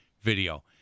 video